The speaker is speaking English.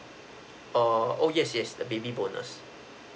err oh yes yes the baby bonus